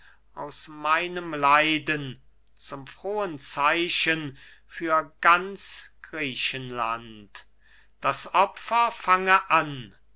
aus meinen leiden zum frohen zeichen für ganz griechenland das opfer fange an